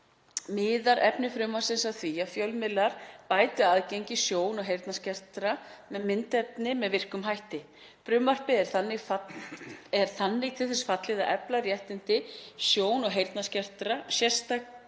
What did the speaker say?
miðar efni frumvarpsins af því að fjölmiðlar bæti aðgengi sjón- og heyrnarskertra að myndefni með virkum hætti. Frumvarpið er þannig til þess fallið að efla réttindi sjón- og heyrnarskertra, sérstaklega